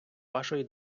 вашої